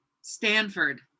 Stanford